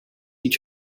each